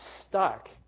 stuck